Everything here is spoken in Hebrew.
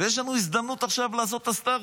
ויש לנו הזדמנות עכשיו לעשות את הסטרטר.